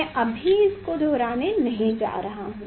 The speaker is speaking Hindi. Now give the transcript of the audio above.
मैं अभी उसको दोहराने नहीं जा रहा हूं